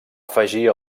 afegir